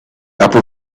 upper